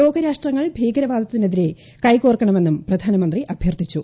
ലോകരാഷ്ട്രങ്ങൾ ഭീകരവാദത്തിനെതിരെ കൈകോർക്കണമെന്നും പ്രധാനമന്ത്രി അഭ്യർത്ഥിച്ചു